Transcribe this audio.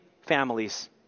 families